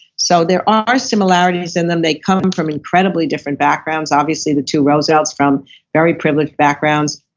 so there are similarities in them. they come from incredibly different backgrounds, obviously the two roosevelts from very privileged backgrounds,